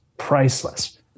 Priceless